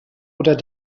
oder